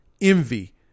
envy